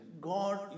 God